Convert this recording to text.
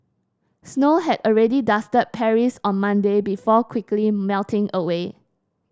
snow had already dusted Paris on Monday before quickly melting away